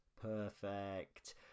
Perfect